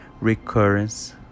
recurrence